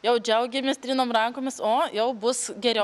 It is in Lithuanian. jau džiaugiamės trinom rankomis o jau bus geriau